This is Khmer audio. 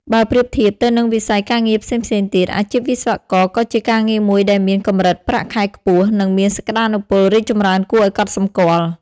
បើប្រៀបធៀបទៅនឹងវិស័យការងារផ្សេងៗទៀត អាជីពវិស្វករក៏ជាការងារមួយដែលមាន កម្រិតប្រាក់ខែខ្ពស់ និងមានសក្ដានុពលរីកចម្រើនគួរឱ្យកត់សម្គាល់។